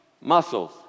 Muscles